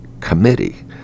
committee